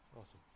Awesome